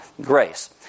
grace